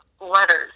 letters